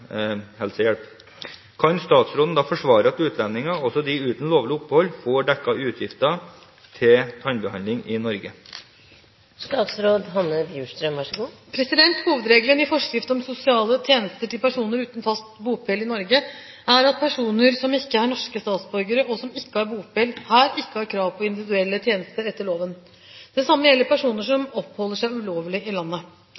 tannlegehjelp. Kan statsråden da forsvare at utlendinger, også de uten lovlig opphold, får dekket utgifter til tannbehandling i Norge?» Hovedregelen i forskrift om sosiale tjenester til personer uten fast bopel i Norge er at personer som ikke er norske statsborgere, og som ikke har bopel her, ikke har krav på individuelle tjenester etter loven. Det samme gjelder personer